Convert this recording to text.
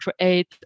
create